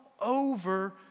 over